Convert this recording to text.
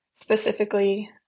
specifically